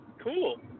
cool